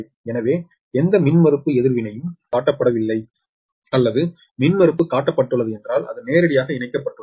எனவே எந்த மின்மறுப்பு எதிர்வினையும் காட்டப்படவில்லை அல்லது மின்மறுப்பு காட்டப்பட்டுள்ளது என்றால் அது நேரடியாக இணைக்கப்பட்டுள்ளது